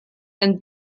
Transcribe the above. can